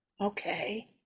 Okay